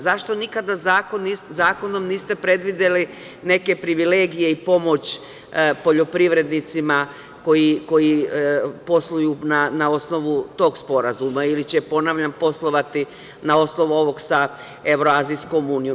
Zašto nikada zakonom niste predvideli neke privilegije i pomoć poljoprivrednicima koji posluju na osnovu tog sporazuma ili će, ponavljam, poslovati na osnovu ovog sa Evro-azijskom unijom?